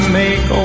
make